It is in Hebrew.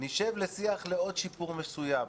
נשב לשיח לעוד שיפור מסוים.